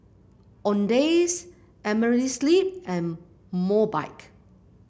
Owndays Amerisleep and Mobike